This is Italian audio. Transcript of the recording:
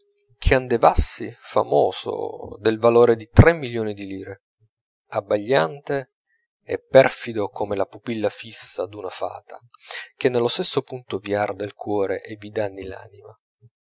il kandevassy famoso del valore di tre milioni di lire abbagliante e perfido come la pupilla fissa d'una fata che nello stesso punto vi arda il cuore e vi danni l'anima